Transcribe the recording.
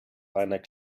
reiner